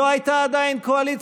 עדיין לא הייתה קואליציה.